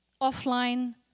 Offline